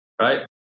Right